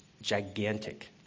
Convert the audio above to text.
gigantic